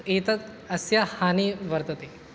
एतत् अस्य हानिः वर्तते